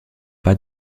pas